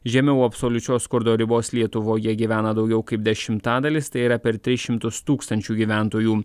žemiau absoliučios skurdo ribos lietuvoje gyvena daugiau kaip dešimtadalis tai yra per tris šimtus tūkstančių gyventojų